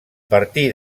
partir